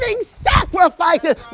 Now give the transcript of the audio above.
sacrifices